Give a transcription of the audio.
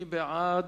מי בעד?